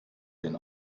den